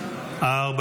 נגד.